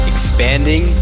Expanding